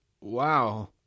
Wow